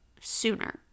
sooner